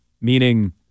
Meaning